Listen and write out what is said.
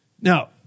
Now